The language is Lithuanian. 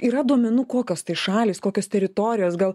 yra duomenų kokios tai šalys kokios teritorijos gal